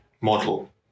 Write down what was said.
model